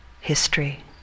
history